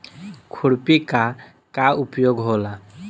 खुरपी का का उपयोग होला?